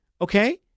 okay